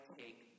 take